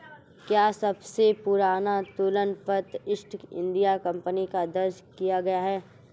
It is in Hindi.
क्या सबसे पुराना तुलन पत्र ईस्ट इंडिया कंपनी का दर्ज किया गया है?